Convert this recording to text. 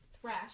Thresh